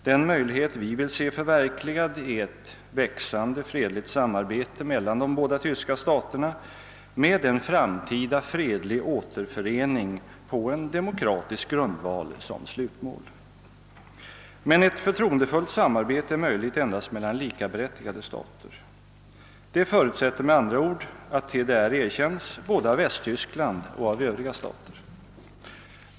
Den möjlighet vi vill se förverkligad är ett växande fredligt samarbete mellan de båda tyska staterna med en framtida återförening på en demokratisk grundval som slutmål. Men ett förtroendefullt samarbete är möjligt endast mellan likaberättigade stater. Det förutsätter med andra ord att DDR erkänns, både av Västtyskland och övriga stater.